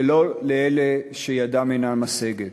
ולא לאלה שידם אינה משגת.